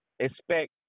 expect